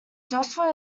joshua